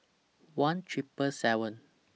one Triple seven